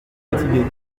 fatiguée